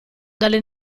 dalla